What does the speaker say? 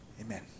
Amen